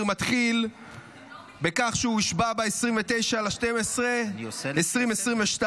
מתחיל בכך שהוא הושבע ב-29 בדצמבר 2022,